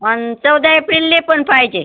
आणि चौदा एप्रिलला पण पाहिजे